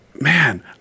man